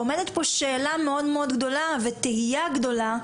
עומדת פה שאלה מאוד גדולה ותהייה גדולה,